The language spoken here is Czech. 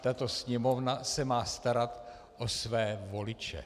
Tato Sněmovna se má starat o své voliče.